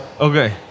Okay